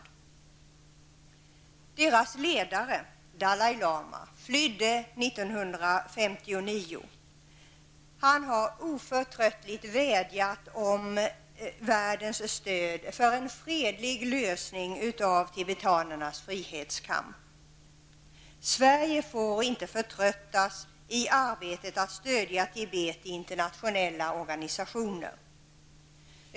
Tibetanernas ledare Dalai Lama, som flydde 1959, har oförtröttligt vädjat om världens stöd för en fredlig lösning av tibetanernas frihetskamp. Sverige får inte förtröttas i arbetet att stödja Tibet i internationella organisationer.